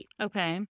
Okay